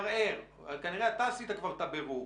מערער, כנראה אתה כבר עשית את הבירור.